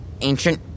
ancient